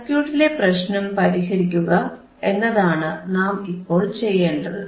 സർക്യൂട്ടിലെ പ്രശ്നം പരിഹരിക്കുക എന്നതാണ് നാം ഇപ്പോൾ ചെയ്യേണ്ടത്